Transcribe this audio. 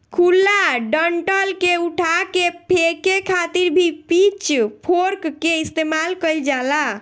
खुला डंठल के उठा के फेके खातिर भी पिच फोर्क के इस्तेमाल कईल जाला